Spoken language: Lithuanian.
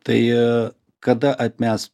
tai kada ot mes